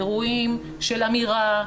אירועים של אמירה,